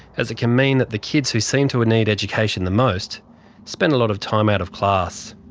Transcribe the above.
as it can mean that the kids who seem to need education the most spend a lot of time out of class.